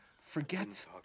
forget